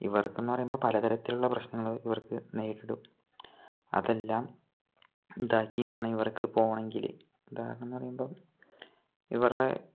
ഇവർക്കെന്ന് പറയുമ്പോള് പലതരത്തിലുള്ള പ്രശ്നങ്ങള് ഇവർ നേരിടും അതെല്ലാം ഇതാക്കി വേണം ഇവർക്ക് പോകണമെങ്കില് ഉദാഹരണമെന്ന് പറയുമ്പോള് ഇവരുടെ